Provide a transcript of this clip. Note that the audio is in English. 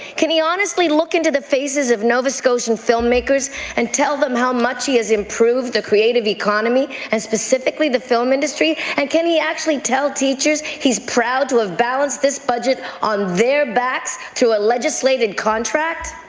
can he honestly look into the faces of nova scotian film-makers and tell them how much he has improved the creative economy, and specifically the film industry? and can he actually tell teachers he's proud to have balanced this budget on their backs, to a legislated contract?